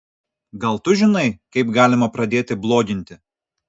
gal tu žinai kaip galima pradėti bloginti